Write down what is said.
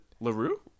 LaRue